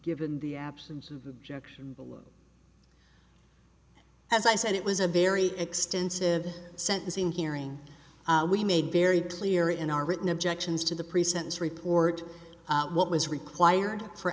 given the absence of objection below as i said it was a very extensive sentencing hearing we made very clear in our written objections to the pre sentence report what was required for